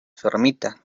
fermita